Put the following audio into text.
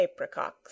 apricocks